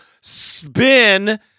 spin